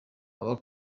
aba